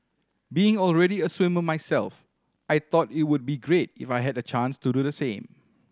being already a swimmer myself I thought it would be great if I had the chance to do the same